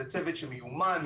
זה צוות שהוא מיומן,